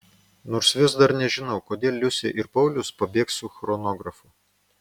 nors vis dar nežinau kodėl liusė ir paulius pabėgs su chronografu